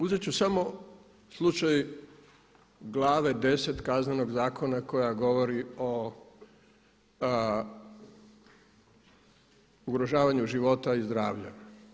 Uzet ću samo slučaj Glave X. Kaznenog zakona koja govori o ugrožavanju života i zdravlja.